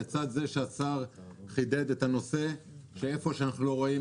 לצד זה השר חידד את הנושא שבמקום שאנחנו לא רואים